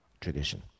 tradition